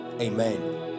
Amen